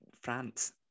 France